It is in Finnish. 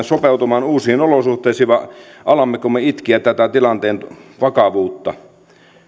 sopeutumaan uusiin olosuhteisiin vai alammeko me itkeä tätä tilanteen vakavuutta